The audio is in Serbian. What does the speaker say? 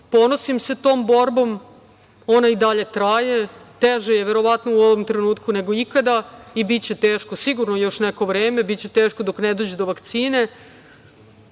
Ponosim se tom borbom. Ona i dalje traje, teže je verovatno u ovom trenutku nego ikada i biće teško sigurno još neko vreme, biće teško dok ne dođe do vakcine.